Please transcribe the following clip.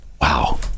Wow